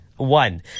One